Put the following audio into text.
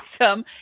Awesome